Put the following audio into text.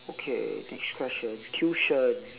okay next question tuition